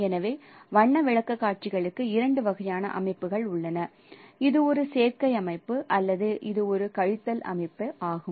எனவே வண்ண விளக்கக்காட்சிகளுக்கு இரண்டு வகையான அமைப்புகள் உள்ளன இது ஒரு சேர்க்கை அமைப்பு அல்லது இது ஒரு கழித்தல் அமைப்பு ஆகும்